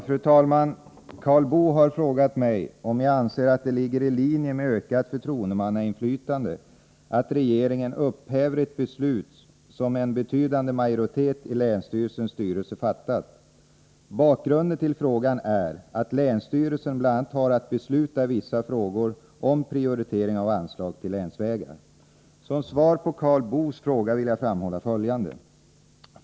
Fru talman! Karl Boo har frågat mig om jag anser att det ligger i linje med Om regeringsbeslut ökat förtroendemannainflytande att regeringen upphäver ett beslut som en omprioritering av betydande majoritet i länsstyrelsens styrelse fattat? Bakgrunden till frågan är statliga anslag till att länsstyrelsen bl.a. har att besluta i vissa frågor om prioritering av anslag länsvägar Som svar på Karl Boos fråga vill jag framhålla följande.